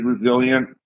resilient